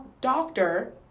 doctor